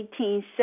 1870